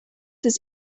his